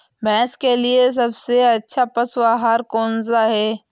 भैंस के लिए सबसे अच्छा पशु आहार कौन सा है?